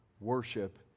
Worship